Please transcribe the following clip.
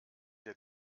wir